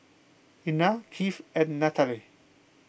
Einar Keith and Nataly